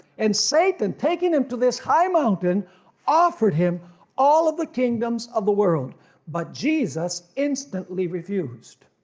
and satan taking him to this high mountain offered him all of the kingdoms of the world but jesus instantly refused.